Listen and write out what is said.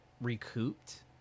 recouped